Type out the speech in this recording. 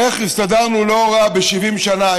איך הסתדרנו לא רע ב-70 שנה,